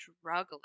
struggling